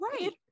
Right